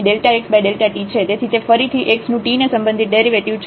તેથી તે ફરીથી x નું t ને સંબંધિત ડેરિવેટિવ છે